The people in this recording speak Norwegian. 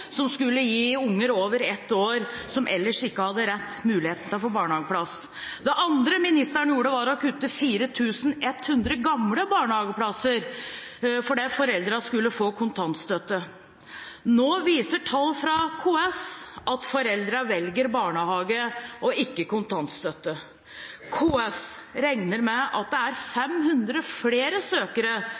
som skulle gi barn over ett år som ellers ikke hadde rett til det, muligheten til å få barnehageplass. Det andre ministeren gjorde, var å kutte 4 100 gamle barnehageplasser fordi foreldrene skulle få kontantstøtte. Nå viser tall fra KS at foreldrene velger barnehage og ikke kontantstøtte. KS regner med at det er 500 flere søkere,